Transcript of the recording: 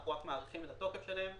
אנחנו רק מאריכים את התוקף שלהן.